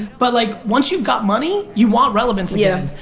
but like once you've got money, you want relevance yeah